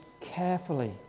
carefully